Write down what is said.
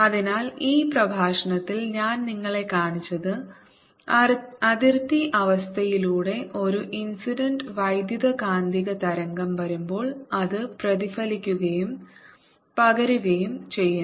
അതിനാൽ ഈ പ്രഭാഷണത്തിൽ ഞാൻ നിങ്ങളെ കാണിച്ചത് അതിർത്തി അവസ്ഥയിലൂടെ ഒരു ഇൻസിഡന്റ് വൈദ്യുതകാന്തിക തരംഗം വരുമ്പോൾ അത് പ്രതിഫലിക്കുകയും പകരുകയും ചെയ്യുന്നു